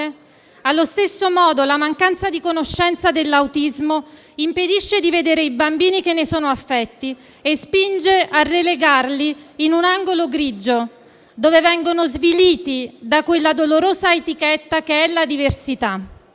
allo stesso modo la mancanza di conoscenza dell'autismo impedisce di "vedere" i bambini che ne sono affetti e spinge a relegarli in un angolo grigio, dove vengono sviliti da quella dolorosa etichetta che è la diversità.